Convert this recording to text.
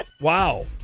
Wow